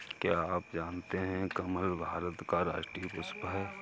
क्या आप जानते है कमल भारत का राष्ट्रीय पुष्प है?